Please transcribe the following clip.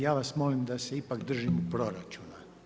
Ja vas molim da se ipak držimo proračuna.